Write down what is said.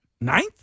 Ninth